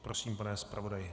Prosím, pane zpravodaji.